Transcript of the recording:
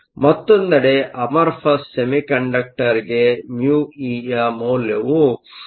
ಮತ್ತೊಂದೆಡೆ ಅಮರ್ಫಸ್ ಸೆಮಿಕಂಡಕ್ಟರ್amorphous semiconductorಗೆ μeಯ ಮೌಲ್ಯವು 1 ಕ್ಕಿಂತ ಕಡಿಮೆಯಿರಬಹುದು